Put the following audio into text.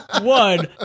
one